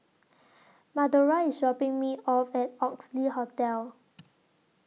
Madora IS dropping Me off At Oxley Hotel